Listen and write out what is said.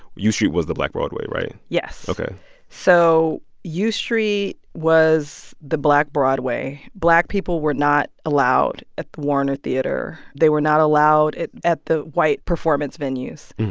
u street was the black broadway, right? yes ok so u street was the black broadway. black people were not allowed at the warner theatre. they were not allowed at at the white performance venues.